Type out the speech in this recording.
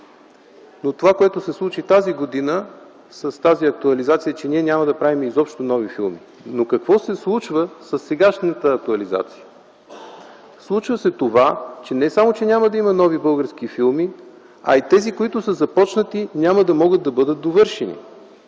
с това, което се случи тази година, с тази актуализация, ние няма да правим изобщо нови филми. Но какво се случва със сегашната актуализация? Не само че няма да има нови български филми, а и тези, които са започнати, няма да могат да бъдат довършени.